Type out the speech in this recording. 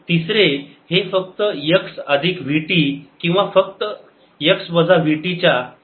तिसरे हे फक्त x अधिक vt किंवा फक्त x वजा vt च्या फॉर्ममध्ये जमवले जाऊ शकत नाही